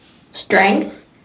strength